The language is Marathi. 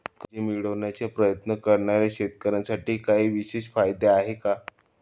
कर्ज मिळवण्याचा प्रयत्न करणाऱ्या शेतकऱ्यांसाठी काही विशेष फायदे आहेत का?